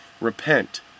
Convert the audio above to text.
Repent